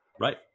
Right